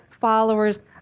followers